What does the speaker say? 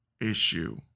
issue